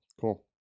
cool